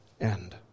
end